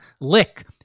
Lick